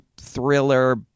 thriller